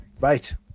Right